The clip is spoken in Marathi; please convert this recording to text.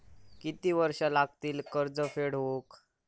किती वर्षे लागतली कर्ज फेड होऊक?